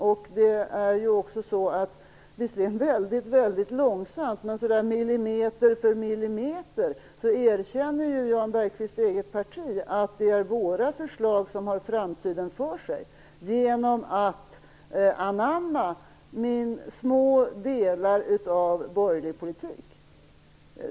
Jan Bergqvists eget parti erkänner ju, visserligen väldigt långsamt, millimeter för millimeter, att det är våra förslag som har framtiden för sig genom att anamma små delar av borgerlig politik.